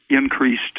increased